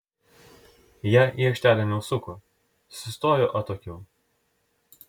jie į aikštelę neužsuko sustojo atokiau